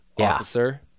officer